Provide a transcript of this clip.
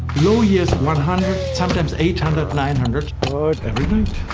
low years one hundred, sometimes eight hundred, nine hundred every night.